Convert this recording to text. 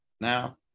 now